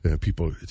People